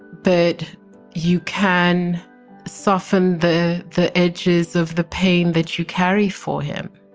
but you can soften the the edges of the pain that you carry for him